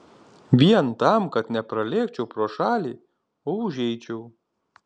vien tam kad nepralėkčiau pro šalį o užeičiau